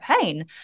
pain